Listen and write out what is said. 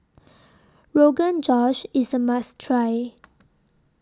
Rogan Josh IS A must Try